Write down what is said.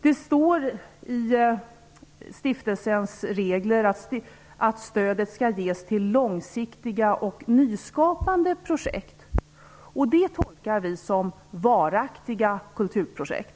Det står i stiftelsens regler att stödet skall ges till långsiktiga och nyskapande projekt. Det tolkar vi som varaktiga kulturprojekt.